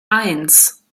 eins